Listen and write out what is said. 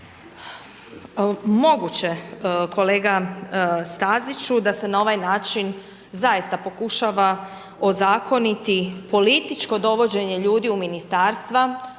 Moguće kolega Staziću da se na ovaj način zaista pokušava ozakoniti političko dovođenje ljudi u ministarstva,